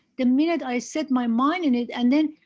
the minute i set my mind in it and then,